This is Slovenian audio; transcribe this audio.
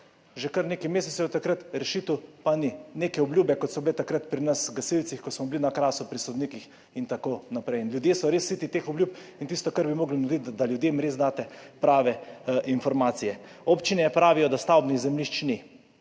Že kar nekaj mesecev je od takrat, rešitev pa ni. Neke obljube, kot so bile takrat pri nas gasilcih, ko smo bili na Krasu, pri sodnikih in tako naprej. Ljudje so res siti teh obljub in tisto, kar bi morali narediti, je, da ljudem res date prave informacije. Občine pravijo, da stavbnih zemljišč ni,